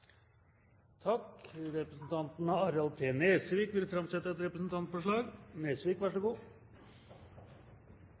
Representanten Harald T. Nesvik vil framsette et representantforslag.